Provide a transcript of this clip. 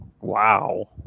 Wow